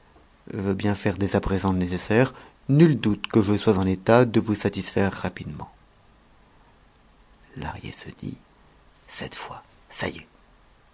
veut bien faire dès à présent le nécessaire nul doute que je sois en état de vous satisfaire rapidement lahrier se dit cette fois ça y est